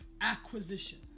acquisition